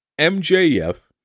MJF